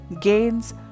gains